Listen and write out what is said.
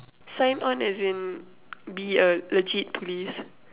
sign on as in be a legit police